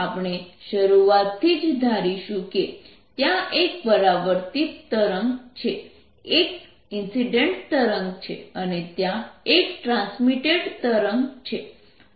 આપણે શરૂઆત થી જ ધારીશું કે ત્યાં એક પરાવર્તિત તરંગ છે એક ઇન્સિડેન્ટ તરંગ છે અને ત્યાં એક ટ્રાન્સમીટેડ તરંગ છે